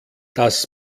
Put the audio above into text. das